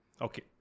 Okay